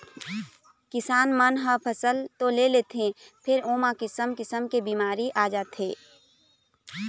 किसान मन ह फसल तो ले लेथे फेर ओमा किसम किसम के बिमारी आ जाथे